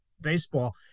baseball